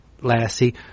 Lassie